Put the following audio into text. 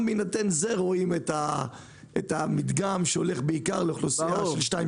רואים את המדגם שהולך בעיקר לאוכלוסייה באשכולות 2,